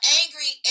angry